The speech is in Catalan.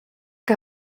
que